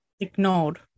ignored